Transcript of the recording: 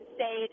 say